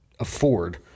afford